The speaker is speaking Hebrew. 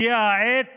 הגיעה העת